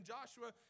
Joshua